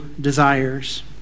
desires